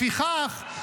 לפיכך,